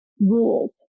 rules